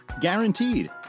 guaranteed